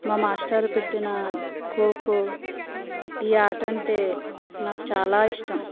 మా మాస్టారు పెట్టిన ఖోఖో ఈ ఆట అంటే నాకు చాలా ఇష్టం